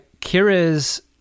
Kira's